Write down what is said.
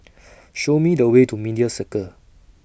Show Me The Way to Media Circle